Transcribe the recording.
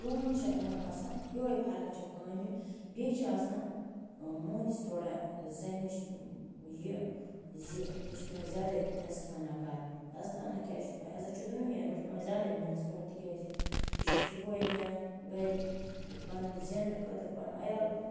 تہٕ کٲم چھِ یِمَن آسان یِہٕے فرق چھِ کامہِ بیٚیہِ چھِ آسان مہٕنِوِس تھوڑا زَنٛنہِ نِش یہِ زِ أمِس چھِ پٮ۪وان زیادٕے عزتٕہٲناں کَرُن عزتٕہٲناں کیٛازِ چھِ پٮ۪وان عزت چھُ دۄنوٕنِیَن وٕ چھُ پٮ۪وان زیادٕے مہٕنِوِس کَرُن تِکیٛازِ یہِ چھُ صُبحٲے نٮ۪ران گَرِ پَنٛنہِ زیٚنُک خٲطرٕ پَنُن عیال